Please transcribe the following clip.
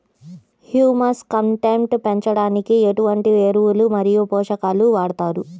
Humus content పెంచడానికి ఎటువంటి ఎరువులు మరియు పోషకాలను వాడతారు?